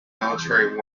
military